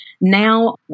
Now